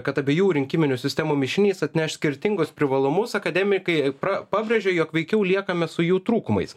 kad abiejų rinkiminių sistemų mišinys atneš skirtingus privalumus akademikai pra pabrėžė jog veikiau liekame su jų trūkumais